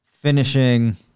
finishing